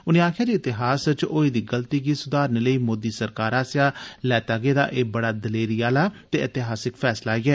उनें आखेआ जे इतिहास च होई दी गलती गी सुधारने लेई मोदी सरकार आसेआ लैता गेदा एह् बड़ा दलेरी आहला ते ऐतिहासिक फैसला ऐ